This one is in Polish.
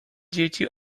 dzieci